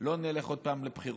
לא נלך עוד פעם לבחירות.